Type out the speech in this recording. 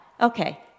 Okay